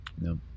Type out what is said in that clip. no